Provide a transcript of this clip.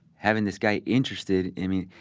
having this guy interested in me.